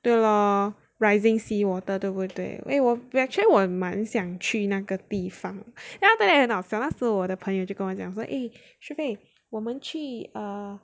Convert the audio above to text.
对 lor rising seawater 对不对 eh 我 actually 我蛮想去那个地方 then after that 很好笑我的朋友就跟我讲说 eh Shu Fei 我们去 err